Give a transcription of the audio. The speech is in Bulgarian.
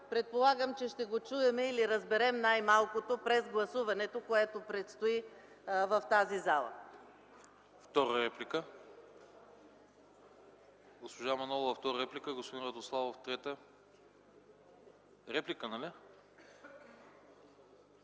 Предполагам, че ще го чуем или разберем най-малкото чрез гласуването, което предстои в тази залата.